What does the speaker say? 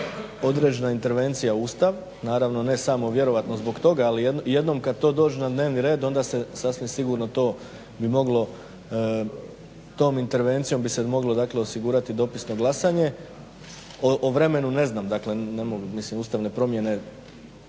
određena intervencija u Ustav, naravno ne samo vjerojatno zbog toga ali jednom kad to dođe na dnevni red onda se sasvim sigurno to bi moglo, tom intervencijom bi se moglo osigurati dopisno glasanje. O vremenu ne znam, ne mogu, mislim ustavne promjene,